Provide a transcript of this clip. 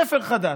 ספר חדש.